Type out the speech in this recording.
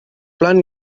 plat